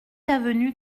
avenue